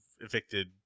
evicted